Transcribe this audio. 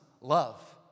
love